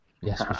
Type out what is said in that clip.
Yes